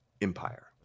empire